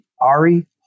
Ari